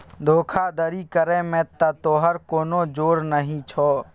धोखाधड़ी करय मे त तोहर कोनो जोर नहि छौ